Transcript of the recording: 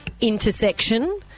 Intersection